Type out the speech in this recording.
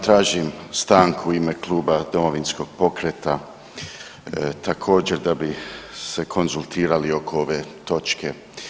Tražim stanku u ime Kluba Domovinskog pokreta, također da bi se konzultirali oko ove točke.